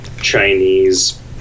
Chinese